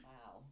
Wow